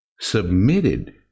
submitted